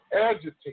agitate